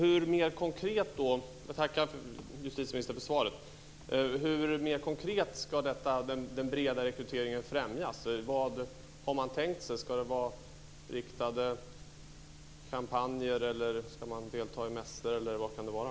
Fru talman! Jag tackar justitieministern för svaret. Jag skulle vilja veta mer konkret hur den breda rekryteringen ska främjas. Vad har man tänkt sig? Ska det vara riktade kampanjer, ska man delta i mässor, eller vad kan det vara?